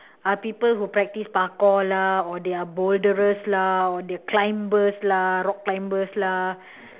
are people who practice parkour lah or they are boulderers lah or they climbers lah rock climbers lah